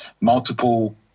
multiple